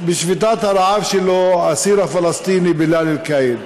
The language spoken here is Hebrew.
בשביתת הרעב שלו האסיר הפלסטיני בילאל קאיד,